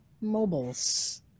Mobiles